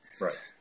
right